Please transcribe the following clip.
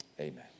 amen